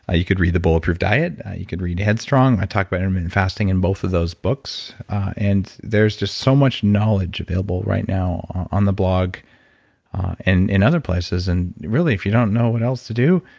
you could read the bulletproof diet you could read head strong. i talk about intermittent fasting in both of those books and there's just so much knowledge available right now on the blog and in other places and really, if you don't know what else to do,